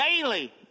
daily